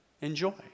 Enjoy